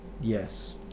Yes